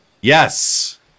Yes